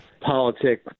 politics